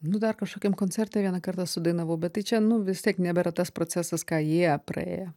nu dar kažkokiam koncerte vieną kartą sudainavau bet tai čia nu vis tiek nebėra tas procesas ką jie praėjo